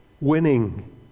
Winning